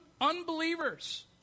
unbelievers